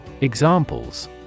Examples